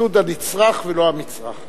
סבסוד הנצרך ולא המצרך.